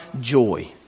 Joy